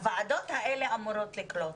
הוועדות האלה אמורות לקלוט.